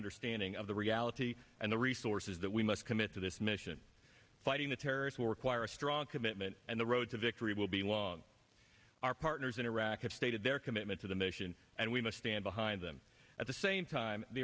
understanding of the reality and the resources that we must commit to this mission quiting the terrorists will require a strong commitment and the road to victory will be won our partners in iraq have stated their commitment to the mission and we must stand behind them at the same time the